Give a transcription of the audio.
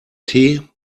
den